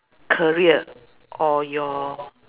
career or your